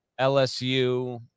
LSU